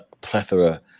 plethora